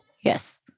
Yes